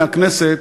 מהכנסת,